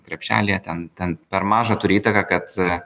krepšelyje ten ten per mažą turi įtaką kad